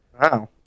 Wow